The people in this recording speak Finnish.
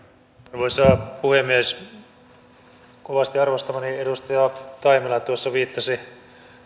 arvoisa puhemies kovasti arvostamani edustaja taimela tuossa viittasi